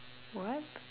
what